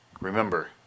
Remember